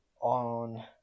on